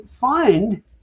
find